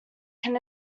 can